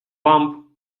pump